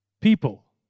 People